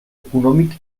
econòmic